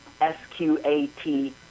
S-Q-A-T